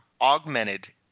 augmented